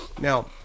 Now